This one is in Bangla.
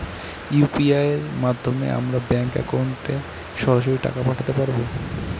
ইউ.পি.আই এর মাধ্যমে আমরা ব্যাঙ্ক একাউন্টে সরাসরি টাকা পাঠাতে পারবো?